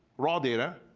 raw data,